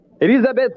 Elizabeth